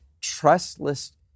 Trustless